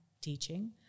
teaching